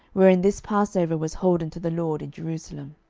wherein this passover was holden to the lord in jerusalem.